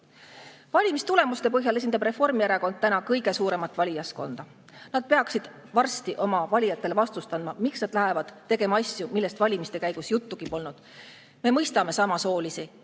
Valimistulemuste põhjal esindab Reformierakond täna kõige suuremat valijaskonda. Nad peaksid varsti oma valijatele vastust andma, miks nad lähevad tegema asju, millest valimiste käigus juttugi polnud. Me mõistame samasoolisi